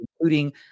including